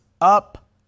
up